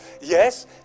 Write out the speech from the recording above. yes